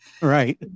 Right